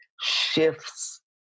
shifts